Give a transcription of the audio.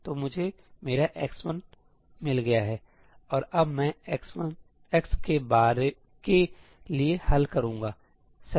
तो मुझे मेरा x1 मिल गया है और अब मैं x के लिए हल करूंगा सही